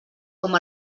com